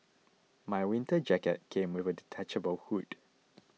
my winter jacket came with a detachable hood